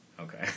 Okay